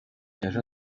ejo